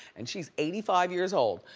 and she's eighty five years old.